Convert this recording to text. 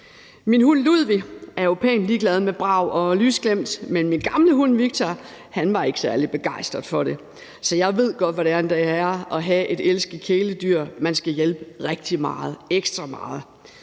Min hund, Ludvig, er jo pænt ligeglad med brag og lysglimt, men min gamle hund, Victor, var ikke særlig begejstret for det, så jeg ved godt, hvordan det er at have et elsket kæledyr, man skal hjælpe ekstra meget.